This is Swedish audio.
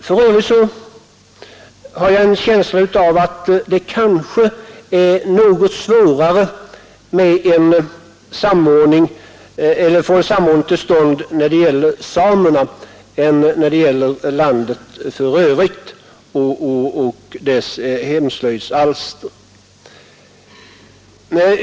För övrigt har jag en känsla av att det kanske är svårare att få en samordning till stånd när det gäller samerna än när det gäller slöjdalster från landet i övrigt.